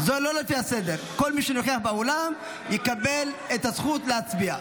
כל מי שנוכח באולם יקבל את הזכות להצביע.